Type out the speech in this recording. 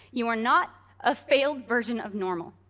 you are not a failed version of normal.